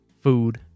food